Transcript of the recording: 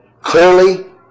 clearly